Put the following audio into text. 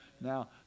Now